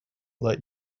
let